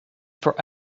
for